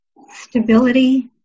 stability